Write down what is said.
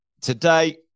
today